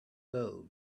girl